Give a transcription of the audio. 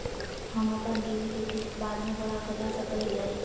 हम अपन ऋण के किस्त बाद में बढ़ा घटा सकई हियइ?